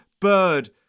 bird